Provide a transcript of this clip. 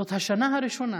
זאת השנה הראשונה